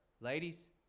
ladies